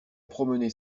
promené